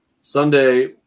Sunday